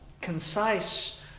concise